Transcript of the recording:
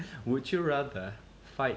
would you rather fight